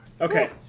Okay